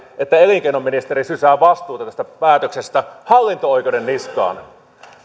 että elinkeinoministeri sysää vastuuta tästä päätöksestä hallinto oikeuden niskaan